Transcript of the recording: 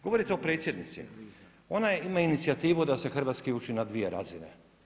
Govorite o predsjednici, ona ima inicijativu da se hrvatski uči na 2 razine.